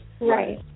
Right